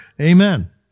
Amen